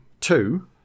two